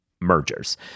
mergers